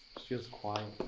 just feels quiet.